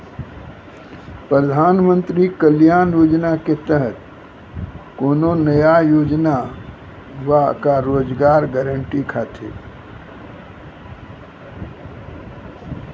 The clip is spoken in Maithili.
प्रधानमंत्री कल्याण योजना के तहत कोनो नया योजना बा का रोजगार गारंटी खातिर?